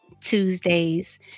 Tuesdays